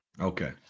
okay